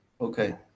Okay